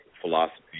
philosophy